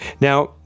Now